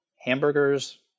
hamburgers